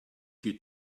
you